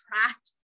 attract